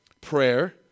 prayer